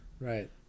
Right